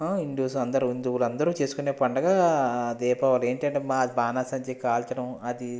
Hindus అందరూ హిందువులందరూ అందరూ చేసుకునే పండగ దీపావళి ఏంటంటే బానసంచా కాల్చడం అది